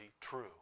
true